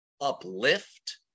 uplift